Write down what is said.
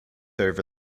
over